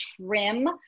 trim